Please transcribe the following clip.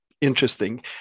interesting